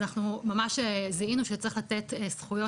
אז אנחנו ממש זיהינו שצריכים לתת זכויות